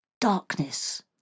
Darkness